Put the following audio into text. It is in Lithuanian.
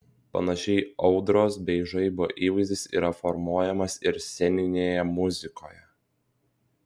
panašiai audros bei žaibo įvaizdis yra formuojamas ir sceninėje muzikoje